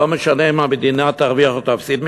ולא משנה אם המדינה תרוויח או תפסיד מכך?